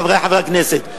חברי חברי הכנסת,